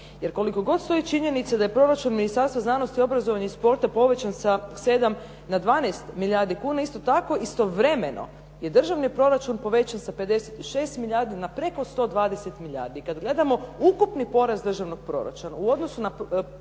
Jer koliko god stoje činjenice da je proračun Ministarstva znanosti, obrazovanja i sporta povećan sa 7 na 12 milijardi kuna, isto tako istovremeno je državni proračun povećao sa 56 milijardi na preko 120 milijardi. Kada gledamo ukupni porast državnog proračuna u odnosu na porast